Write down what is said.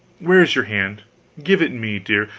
where is your hand give it me, dear,